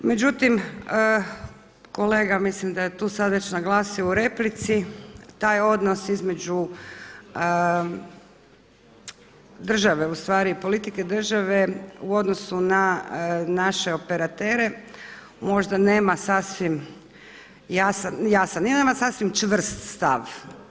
Međutim, kolega mislim da je tu sada već naglasio u replici, taj odnos između države ustavi, politike države u odnosu na naše operatere, možda nema sasvim jasan, jasan, nema jedan sasvim čvrst stav.